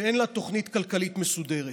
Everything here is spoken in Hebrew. שאין לה תוכנית כלכלית מסודרת.